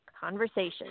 conversation